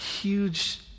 Huge